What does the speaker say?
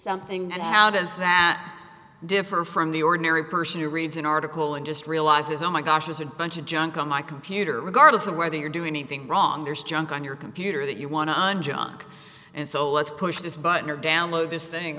something and how does that differ from the ordinary person who reads an article and just realizes oh my gosh there's a bunch of junk on my computer regardless of whether you're doing anything wrong there's junk on your computer that you want on john and so let's push this button or download this thing